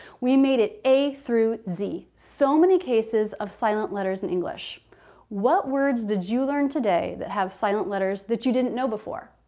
we made it a through z. so many cases of silent letters in english what words did you learn today that have silent letters that you didn't know before?